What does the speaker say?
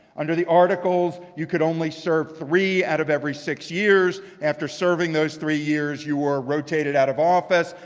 under the articles you could only serve three out of every six years. after serving those three years, you were rotated out of office.